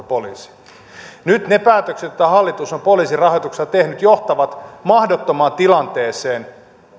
poliisia nyt ne päätökset joita hallitus on poliisin rahoitukselle tehnyt johtavat mahdottomaan tilanteeseen